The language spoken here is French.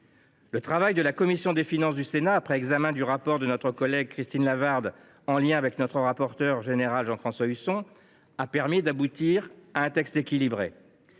Le travail de la commission des finances du Sénat, au travers du rapport de notre collègue Christine Lavarde, élaboré en lien avec notre rapporteur général Jean François Husson, a permis d’aboutir à un texte équilibré.